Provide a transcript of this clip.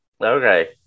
Okay